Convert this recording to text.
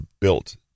built